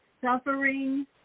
suffering